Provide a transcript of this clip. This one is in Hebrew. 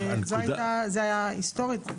זה היה היסטורית,